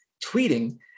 tweeting